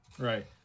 Right